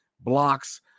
blocks